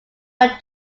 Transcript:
while